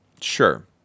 Sure